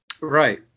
Right